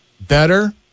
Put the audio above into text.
better